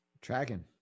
Tracking